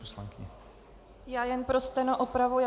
Já jen pro steno opravuji.